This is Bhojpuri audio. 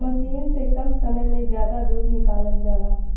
मसीन से कम समय में जादा दूध निकालल जाला